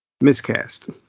miscast